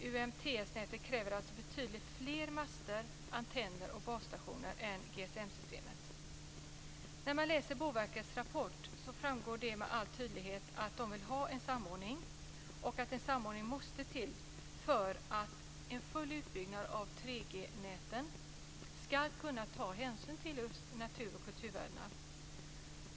UMTS-nätet kräver alltså betydligt fler master, antenner och basstationer än GSM När man läser Boverkets rapport framgår det med all tydlighet att verket vill ha en samordning och att en samordning måste till för att en full utbyggnad av 3 G-näten ska kunna ta hänsyn till natur och kulturvärdena.